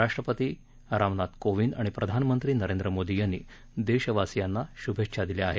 राष्ट्रपती रामनाथ कोविंद आणि प्रधानमंत्री नरेंद्र मोदी यांनी देशवासियांना श्भेच्छा दिल्या आहेत